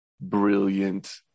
Brilliant